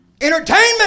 entertainment